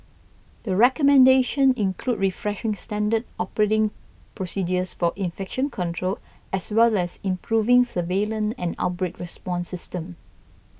the recommendation include refreshing standard operating procedures for infection control as well as improving surveillance and outbreak response system